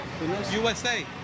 USA